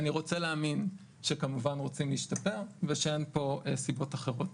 אני רוצה להאמין שכמובן רוצים להשתפר ושאין פה סיבות אחרות.